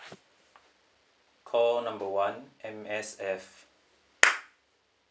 call number one M_S_F